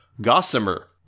Gossamer